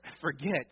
forget